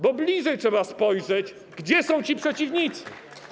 Bliżej trzeba spojrzeć, gdzie są ci przeciwnicy.